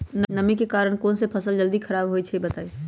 नमी के कारन कौन स फसल जल्दी खराब होई छई बताई?